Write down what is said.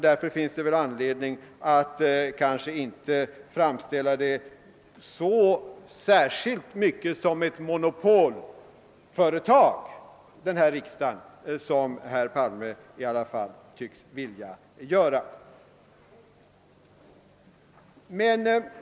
Det finns väl därför inte så stor ankedning att framställa denna riksdag som ett socialdemokratiskt monopolföretag, såsom herr Palme tycktes vilja göra.